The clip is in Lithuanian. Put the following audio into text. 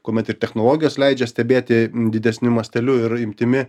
kuomet ir technologijos leidžia stebėti didesniu masteliu ir imtimi